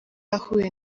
yahuye